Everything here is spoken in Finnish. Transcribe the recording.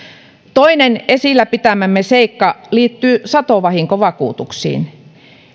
toinen esillä pitämämme seikka liittyy satovahinkovakuutuksiin